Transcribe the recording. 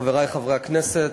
חברי חברי הכנסת,